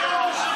מודאג מהגירעון.